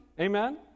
amen